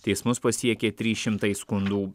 teismus pasiekė trys šimtai skundų